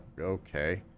Okay